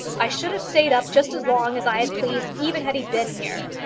i should have stayed up just as long as i had pleased even had he been here,